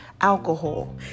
alcohol